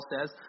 says